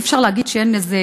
אי-אפשר לומר שאין איזו